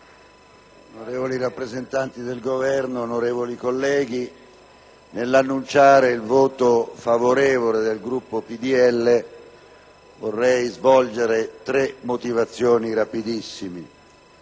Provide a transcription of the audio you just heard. onorevoli rappresentanti del Governo, onorevoli colleghi, nell'annunciare il voto favorevole del Gruppo PdL vorrei svolgere tre rapidissime